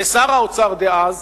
ושר האוצר דאז,